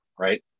right